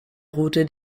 route